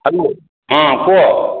hello ହଁ କୁହ